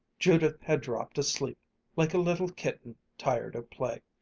judith had dropped asleep like a little kitten tired of play,